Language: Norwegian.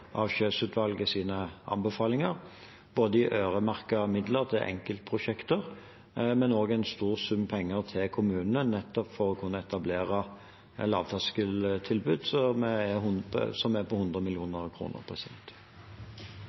av Kjøs-utvalgets anbefalinger, både i øremerkede midler til enkeltprosjekter og også en stor sum penger til kommunene, på 100 mill. kr, nettopp for å kunne etablere lavterskeltilbud. Replikkordskiftet er